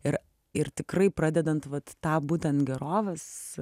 ir ir tikrai pradedant vat tą būtent gerovės